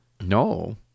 No